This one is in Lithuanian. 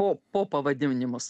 po popavadinimus